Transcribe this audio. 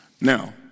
Now